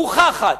מוכחת,